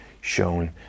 shown